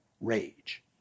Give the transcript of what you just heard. Rage